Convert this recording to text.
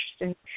interesting